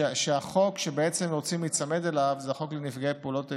שהחוק שרוצים להיצמד אליו הוא החוק לנפגעי פעולות איבה.